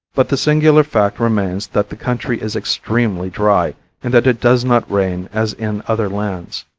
but the singular fact remains that the country is extremely dry and that it does not rain as in other lands.